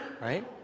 right